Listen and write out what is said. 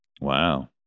Wow